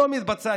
לא מתבצע.